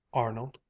arnold,